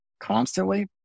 constantly